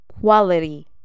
Quality